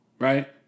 right